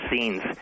scenes